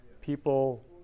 people